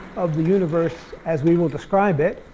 of the universe as we will describe it.